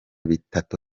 bitatu